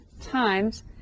times